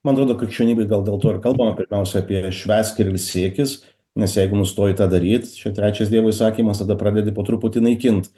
man rodo krikščionybėj gal dėl to ir kalbama pirmiausia apie švęsk ir ilsėkis nes jeigu nustoji tą daryt čia trečias dievo įsakymas tada pradedi po truputį naikint